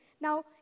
Now